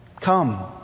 Come